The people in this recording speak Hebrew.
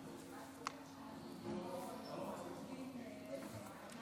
אני מתכבד להביא לאישור הכנסת את הצעת חוק